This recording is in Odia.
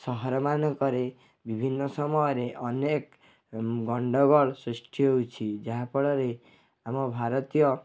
ସହର ମାନଙ୍କରେ ବିଭିନ୍ନ ସମୟରେ ଅନେକ ଗଣ୍ଡଗୋଳ ସୃଷ୍ଟି ହେଉଛି ଯାହାଫଳରେ ଆମ ଭାରତୀୟ